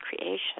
creation